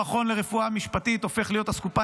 המכון לרפואה משפטית הופך להיות אסקופה